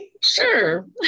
sure